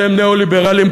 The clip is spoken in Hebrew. אתם ניאו-ליברלים,